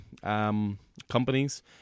companies